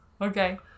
Okay